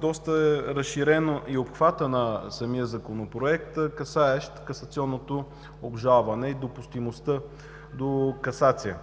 доста е разширен и обхватът на самия Законопроект, касаещ касационното обжалване и допустимостта до касация.